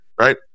right